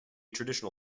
traditional